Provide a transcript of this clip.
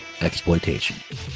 exploitation